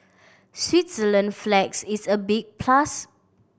Switzerland flags is a big plus